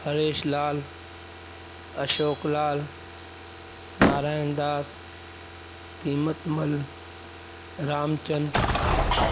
Hareshlal Ashoklal Narayandas Keematmal Ramchand